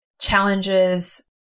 challenges